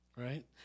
right